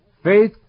Faith